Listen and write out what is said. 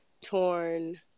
torn